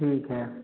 ठीक है